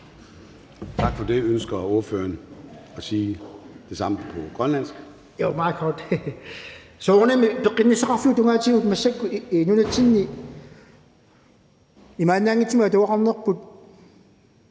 Tak for det. Ønsker ordføreren at sige det samme på grønlandsk?